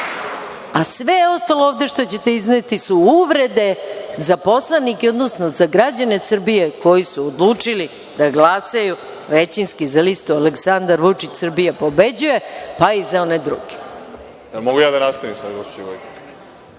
a sve ostalo ovde što ćete izneti su uvrede za poslanike, odnosno za građane Srbije koji su odlučili da glasaju većinski za listu Aleksandar Vučić „Srbija pobeđuje“, pa i za one druge.